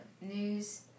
news